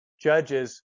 judges